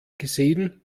gesehen